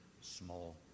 small